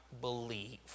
believe